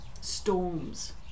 storms